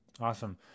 Awesome